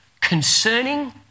Concerning